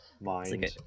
Mind